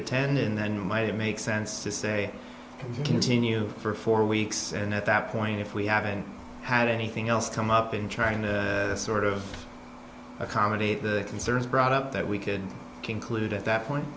attend and then might make sense to say and continue for four weeks and at that point if we haven't had anything else come up in trying to sort of accommodate the concerns brought up that we could conclude at